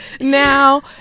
Now